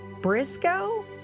Briscoe